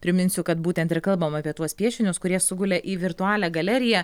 priminsiu kad būtent ir kalbam apie tuos piešinius kurie sugulė į virtualią galeriją